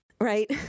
Right